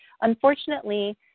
unfortunately